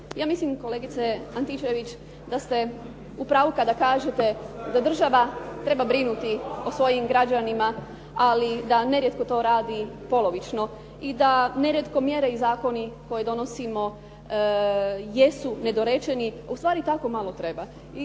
Ja mislim kolegice Antičević, da ste u pravu kada kažete da država treba brinuti o svojim građanima, ali da nerijetko to radi polovično. I da nerijetko mjere i zakoni koje donosimo jesu nedorečeni, ustvari tako malo treba.